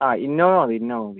ആ ഇന്നോവ മതി ഇന്നോവ മതി